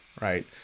right